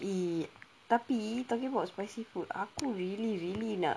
!ee! tapi talking about spicy food aku really really nak